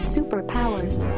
Superpowers